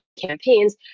campaigns